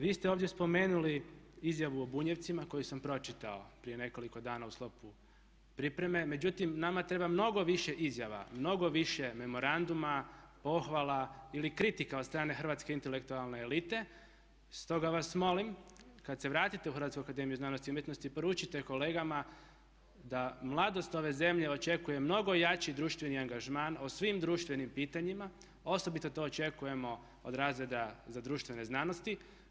Vi ste ovdje spomenuli izjavu o Bunjevcima koju sam pročitao prije nekoliko dana u sklopu pripreme, međutim nama treba mnogo više izjava, mnogo više memoranduma, pohvala ili kritika od strane hrvatske intelektualne elite stoga vas molim kad se vratite u Hrvatsku akademiju znanosti i umjetnosti poručite kolegama da mladost ove zemlje očekuje mnogo jači društveni angažman o svim društvenim pitanjima, osobito to očekujemo od razreda za društvene znanosti.